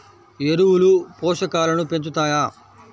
ఎరువులు పోషకాలను పెంచుతాయా?